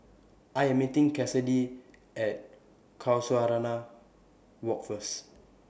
I Am meeting Kassidy At Casuarina Walk First